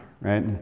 Right